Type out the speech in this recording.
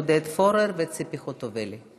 עודד פורר וציפי חוטובלי.